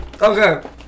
Okay